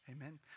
Amen